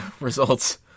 results